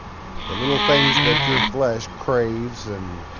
the little things that your flesh craves and